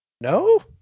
No